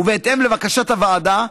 ובהתאם לבקשת הוועדה,